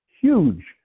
huge